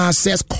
says